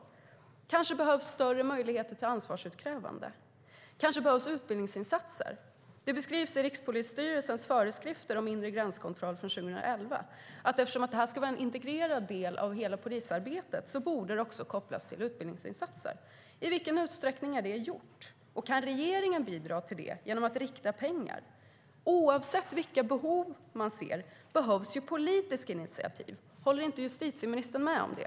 Det kanske behövs större möjligheter till ansvarsutkrävande. Det kanske behövs utbildningsinsatser. Det beskrivs i Rikspolisstyrelsens föreskrifter om inre gränskontroll från 2011 att eftersom det här ska vara en integrerad del av hela polisarbetet borde det kopplas till utbildningsinsatser. I vilken utsträckning har det gjorts? Kan regeringen bidra till det genom att rikta pengar? Oavsett vilka behov man ser behövs ju politiska initiativ. Håller inte justitieministern med om det?